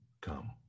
come